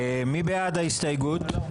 מי בעד ההסתייגות?